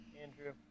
Andrew